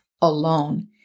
alone